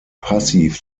passiv